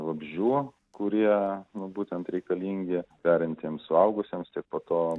vabzdžių kurie nu būtent reikalingi perintiems suaugusiems tik po to